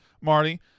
Marty